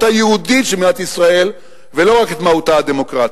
היהודית של מדינת ישראל ולא רק את מהותה הדמוקרטית.